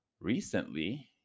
recently